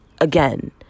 again